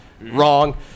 Wrong